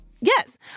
Yes